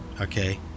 okay